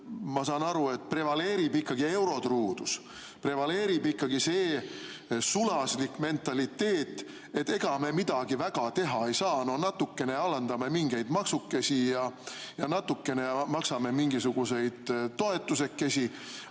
ma saan aru, et prevaleerib ikkagi eurotruudus. Prevaleerib ikkagi see sulaslik mentaliteet, et ega me midagi väga teha ei saa. No natukene alandame mingeid maksukesi ja natukene maksame mingisuguseid toetusekesi,